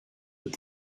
with